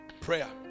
Prayer